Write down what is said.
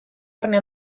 barne